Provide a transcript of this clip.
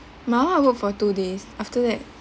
my one I worked for two days after that